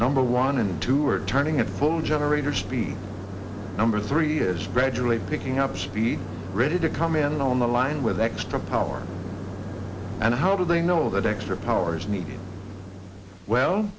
number one and two are turning it boat generator speed number three is gradually picking up speed ready to come in on the line with extra power and how do they know that extra powers need well